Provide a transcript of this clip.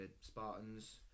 Spartans